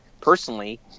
personally